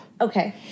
Okay